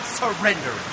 surrender